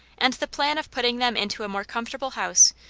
and the plan of putting them into a more comfortable house,